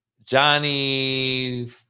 Johnny